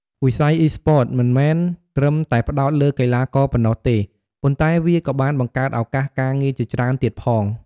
វិស័យ Esports មិនមែនត្រឹមតែផ្ដោតលើកីឡាករប៉ុណ្ណោះទេ ប៉ុន្តែវាក៏បានបង្កើតឱកាសការងារជាច្រើនទៀតផង។